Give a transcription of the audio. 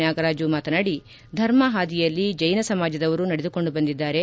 ನಾಗರಾಜು ಮಾತನಾಡಿ ಧರ್ಮಹಾದಿಯಲ್ಲಿ ಜೈನ ಸಮಾಜದವರು ನಡೆದುಕೊಂಡು ಬಂದಿದ್ದಾರೆ